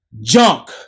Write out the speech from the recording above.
junk